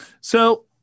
So-